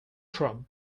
from